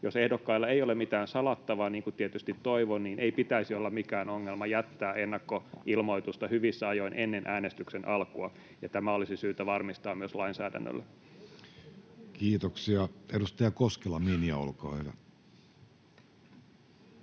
Jos ehdokkailla ei ole mitään salattavaa, niin kuin tietysti toivon, niin ei pitäisi olla mikään ongelma jättää ennakkoilmoitusta hyvissä ajoin ennen äänestyksen alkua, ja tämä olisi syytä varmistaa myös lainsäädännöllä. Kiitoksia. — Edustaja Koskela, Minja, olkaa hyvä.